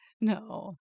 No